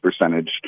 percentage